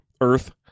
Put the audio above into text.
Earth